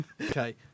Okay